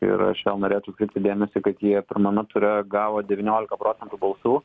ir aš vėl norėčiau atkreipti dėmesį kad jie pirmame ture gavo devyniolika procentų balsų